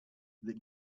that